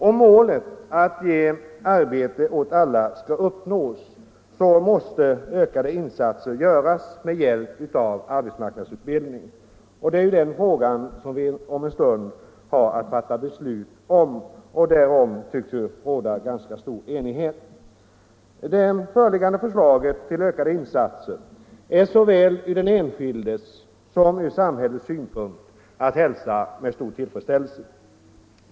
Om målet att ge arbete åt alla skall uppnås måste ökade insatser göras med hjälp av arbetsmarknadsutbildningen. Det är den frågan som vi om "en stund har att fatta beslut om, och det tycks råda ganska stor enighet om målet. Det föreliggande förslaget till ökade insatser är såväl ur den enskildes som ur samhällets synpunkt att hälsa med stor tillfredsställelse.